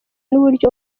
n’uburyo